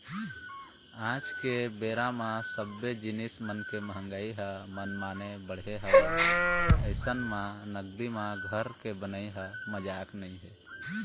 आज के बेरा म सब्बे जिनिस मन के मंहगाई ह मनमाने बढ़े हवय अइसन म नगदी म घर के बनई ह मजाक नइ हे